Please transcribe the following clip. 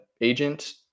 agent